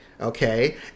okay